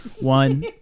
one